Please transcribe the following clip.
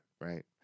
right